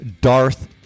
DARTH